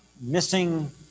missing